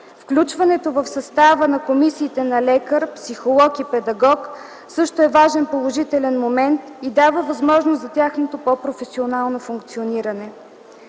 Включването в състава на комисиите на лекар, психолог и педагог също е важен положителен момент и дава възможност за тяхното по-професионално функциониране.